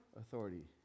authority